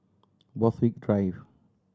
Borthwick Drive